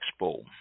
Expo